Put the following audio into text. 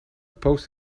post